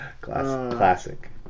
classic